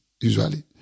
usually